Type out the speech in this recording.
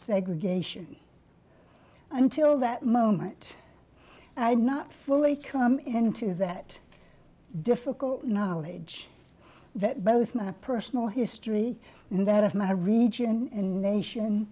segregation until that moment i had not fully come into that difficult knowledge that both my personal history and that of my region and nation